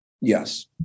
Yes